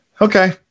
Okay